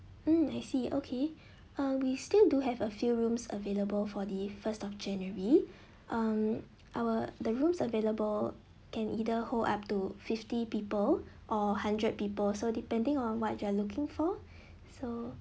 mm I see okay uh we still do have a few rooms available for the first of january um our the rooms available can either hold up to fifty people or hundred people so depending on what you are looking for so